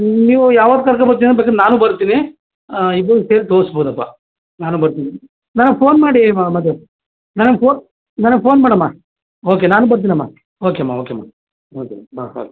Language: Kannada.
ನೀವು ಯಾವಾಗ ಕರ್ಕಬತ್ತಿನಿ ಅನ್ನು ಬೇಕಾರೆ ನಾನೂ ಬರ್ತೀನಿ ಇಬ್ರೂ ಸೇರ್ಸಿ ತೋರಿಸ್ಬೌದ್ದಪ್ಪ ನಾನೂ ಬರ್ತೀನಿ ನನಗೆ ಫೋನ್ ಮಾಡಿ ಮ ಮಾದೇವ್ ನನಗೆ ಫೋನ್ ನನಗೆ ಫೋನ್ ಮಾಡಮ್ಮ ಓಕೆ ನಾನೂ ಬರ್ತೀನಮ್ಮ ಓಕೆ ಅಮ್ಮ ಓಕೆ ಅಮ್ಮ ಓಕೆ ಅಮ್ಮ ಬಾಯ್ ಬಾಯ್